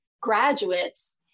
graduates